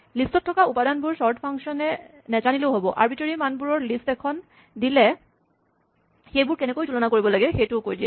লিষ্টত থকা উপাদানবোৰ চৰ্ট ফাংচনে নাজানিলেও হ'ব আৰ্বিট্ৰেৰী মানবোৰৰ লিষ্ট এখন দিলে সেইবোৰ কেনেকৈ তুলনা কৰিব লাগে সেইটোও কৈ দিয়ে